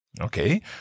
Okay